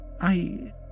I